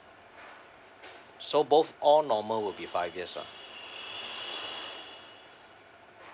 so both all normal would be five years ah